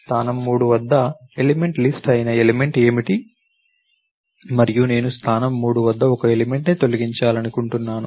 స్థానం 3 వద్ద element list అయిన ఎలిమెంట్ ఏమిటి మరియు నేను స్థానం 3 వద్ద ఒక ఎలిమెంట్ ని తొలగించాలనుకుంటున్నాను